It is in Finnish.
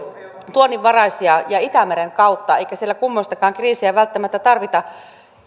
tuonnin varassa ja itämeren kautta eikä siellä kummoistakaan kriisiä välttämättä tarvita